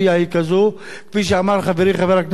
כפי שאמר חברי חבר הכנסת גאלב מג'אדלה,